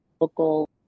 local